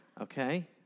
Okay